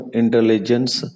intelligence